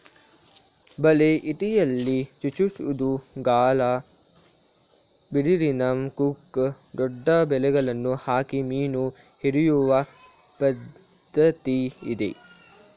ಬಲೆ, ಇಟಿಯಲ್ಲಿ ಚುಚ್ಚುವುದು, ಗಾಳ, ಬಿದಿರಿನ ಕುಕ್ಕೆ, ದೊಡ್ಡ ಬಲೆಗಳನ್ನು ಹಾಕಿ ಮೀನು ಹಿಡಿಯುವ ಪದ್ಧತಿ ಇದೆ